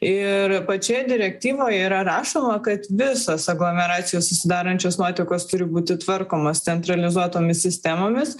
ir pačioje direktyvoje yra rašoma kad visos aglomeracijų susidarančios nuotekos turi būti tvarkomos centralizuotomis sistemomis